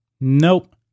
Nope